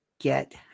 get